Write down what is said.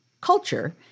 culture